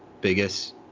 biggest